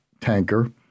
tanker